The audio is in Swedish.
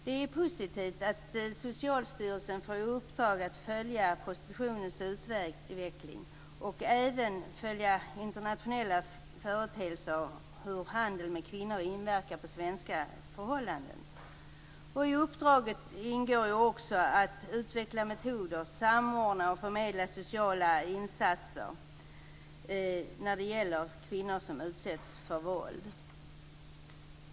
Det är positivt att Socialstyrelsen får i uppdrag att följa prostitutionens utveckling och även följa den internationella utvecklingen av hur handel med kvinnor inverkar på svenska förhållanden. I uppdraget ingår också att utveckla metoder, samordna och förmedla sociala insatser när det gäller kvinnor som utsätts för våld.